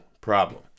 problem